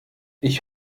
ich